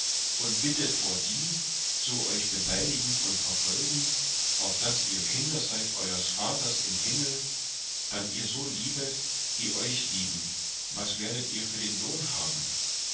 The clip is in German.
hassen bittet vor die so euch beleidigen und verfolgen auf daß ihr kinder seid euers vaters im himmel dann so ihr liebet die euch lieben was werdet ihr für lohn haben